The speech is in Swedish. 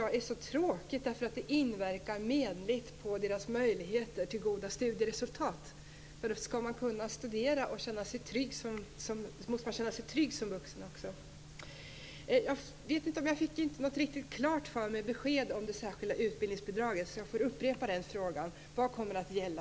Det är så tråkigt, eftersom det inverkar menligt på deras möjligheter till goda studieresultat. Skall man kunna studera som vuxen måste man också känna sig trygg. Jag fick inte något klart besked om det särskilda utbildningsbidraget, så jag får upprepa den frågan: Vad kommer att gälla?